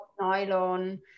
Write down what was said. nylon